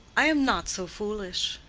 i am not so foolish.